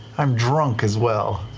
i'm drunk as well,